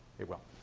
it will.